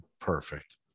perfect